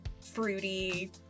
fruity